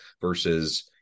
versus